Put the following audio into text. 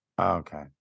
Okay